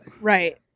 Right